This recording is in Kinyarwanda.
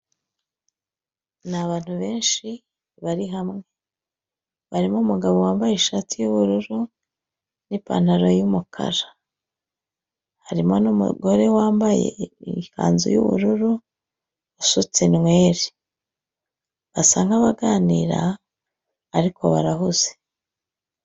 Ni abantu benshi bari hamwe barimo umugabo wambaye ishati y'ubururu n'ipantaro y'umukara harimo n'umugore wambaye ikanzu y'ubururu usutse inweri basa nk'abaganira ariko barahuze.